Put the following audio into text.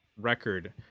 record